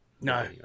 No